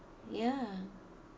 ya